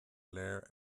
léir